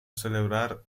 celebrar